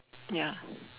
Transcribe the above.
ya